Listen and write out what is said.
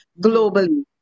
globally